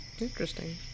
Interesting